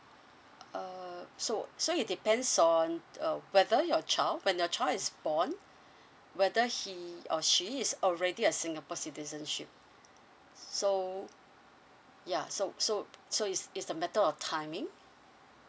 uh so so it depends on uh whether your child when your child is born whether he or she is already a singapore citizenship ya so so so it's a matter of timing